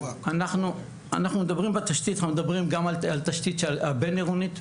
אנחנו מדברים גם על תשתית בין עירונית,